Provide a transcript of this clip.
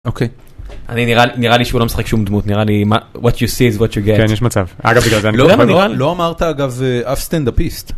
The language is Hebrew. אוקיי אני נראה לי שהוא לא משחק שום דמות נראה לי מה what you see is what you get. כן יש מצב, לא אמרת אגב אף סטנדאפיסט.